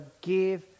give